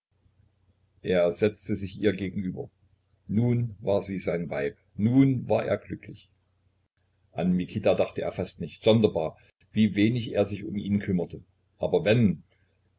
er setzte sich ihr gegenüber nun war sie sein weib nun war er glücklich an mikita dachte er fast nicht sonderbar wie wenig er sich um ihn kümmerte aber wenn